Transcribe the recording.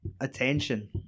attention